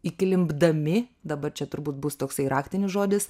įklimpdami dabar čia turbūt bus toksai raktinis žodis